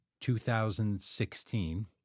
2016